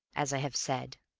as i have said.